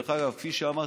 כפי שאמרתי,